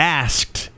asked